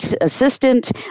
assistant